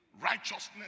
righteousness